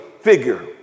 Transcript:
figure